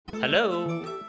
Hello